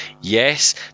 Yes